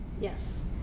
Yes